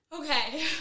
Okay